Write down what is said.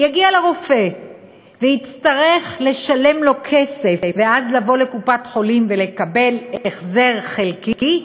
יגיע לרופא ויצטרך לשלם לו כסף ואז לבוא לקופת-חולים ולקבל החזר חלקי,